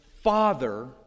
father